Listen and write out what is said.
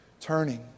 turning